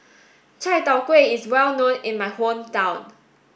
Chai Tow Kway is well known in my hometown